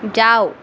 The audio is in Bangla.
যাও